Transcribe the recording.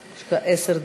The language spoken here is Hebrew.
יש לך עשר דקות,